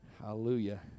Hallelujah